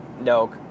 no